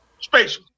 Space